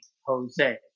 Jose